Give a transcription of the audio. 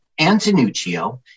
Antonuccio